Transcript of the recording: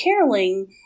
caroling